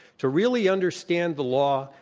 to really understand the law,